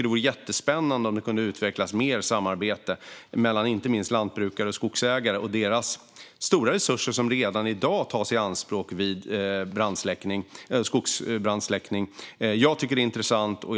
Det vore jättespännande om det kunde utvecklas mer samarbete mellan inte minst lantbrukare och skogsägare och deras stora resurser, som redan i dag tas i anspråk vid skogsbrandsläckning. Jag tycker att det är intressant.